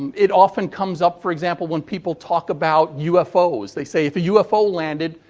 it often comes up, for example, when people talk about ufos. they say if a ufo landed,